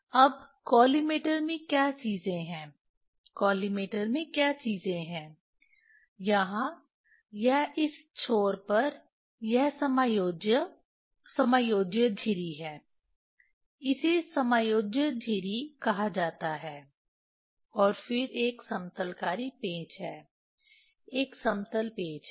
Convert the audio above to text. अब कॉलिमेटर में क्या चीजें हैं कॉलिमेटर में क्या चीजें हैं यहां यह इस छोर पर यह समायोज्य समायोज्य झिरी है इसे समायोज्य झिरी कहा जाता है और फिर एक समतलकारी पेंच है एक समतल पेंच है